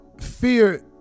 Fear